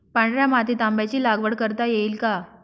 पांढऱ्या मातीत आंब्याची लागवड करता येईल का?